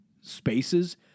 spaces